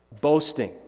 boasting